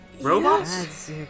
Robots